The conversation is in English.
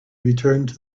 returned